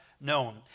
known